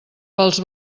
pels